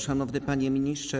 Szanowny Panie Ministrze!